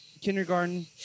kindergarten